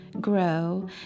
grow